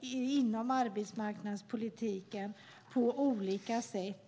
inom arbetsmarknadspolitiken på olika sätt.